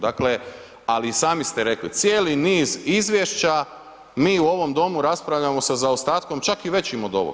Dakle, ali i sami ste rekli cijeli niz izvješća mi u ovom domu raspravljamo sa zaostatkom čak i većim od ovoga.